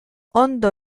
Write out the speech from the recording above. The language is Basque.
ondo